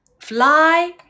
fly